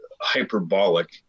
hyperbolic